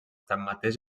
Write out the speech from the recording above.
tanmateix